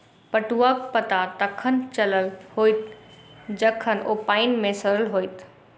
पटुआक पता तखन चलल होयत जखन ओ पानि मे सड़ल होयत